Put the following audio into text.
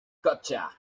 gotcha